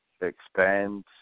expand